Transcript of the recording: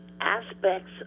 aspects